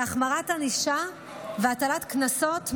בהחמרת ענישה והטלת קנסות מינימום.